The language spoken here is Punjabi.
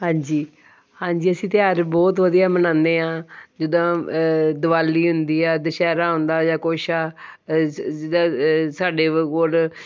ਹਾਂਜੀ ਹਾਂਜੀ ਅਸੀਂ ਤਿਉਹਾਰ ਬਹੁਤ ਵਧੀਆ ਮਨਾਉਂਦੇ ਹਾਂ ਜਿੱਦਾਂ ਦੀਵਾਲੀ ਹੁੰਦੀ ਆ ਦੁਸਹਿਰਾ ਹੁੰਦਾ ਜਾਂ ਕੁਛ ਆ ਜਿੱਦਾਂ ਸਾਡੇ ਕੋਲ